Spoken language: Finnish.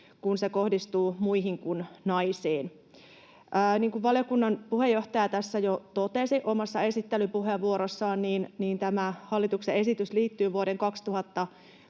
kun se kohdistuu muihin kuin naisiin. Niin kuin valiokunnan puheenjohtaja tässä jo omassa esittelypuheenvuorossaan totesi, tämä hallituksen esitys liittyy vuoden 2022